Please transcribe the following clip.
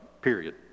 Period